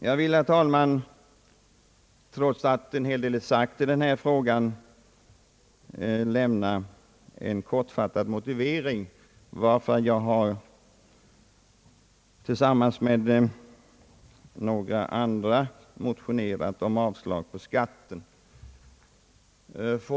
Jag vill, herr talman, trots att en hel del redan är sagt i denna fråga, lämna en kortfattad motivering till att jag tillsammans med några andra riksdagsmän har motionerat om rent avslag på detta skatteförslag.